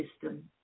system